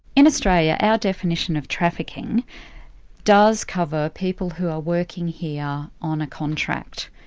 in australia, our definition of trafficking does cover people who are working here on a contract.